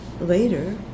later